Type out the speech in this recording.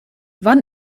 wann